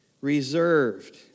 reserved